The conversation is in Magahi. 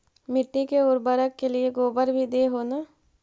मिट्टी के उर्बरक के लिये गोबर भी दे हो न?